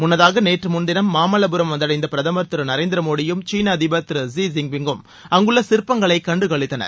முன்னதாக நேற்று முன்தினம் மாமல்லபுரம் வந்தடைந்த பிரதமர் திரு நரேந்திரமோடியும் சீன அதிபர் ஷி ஜின்பிங்கும் அங்குள்ள சிற்பங்களை கண்டுகளித்தனர்